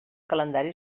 calendari